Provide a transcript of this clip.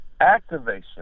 Activation